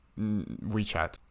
WeChat